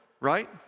right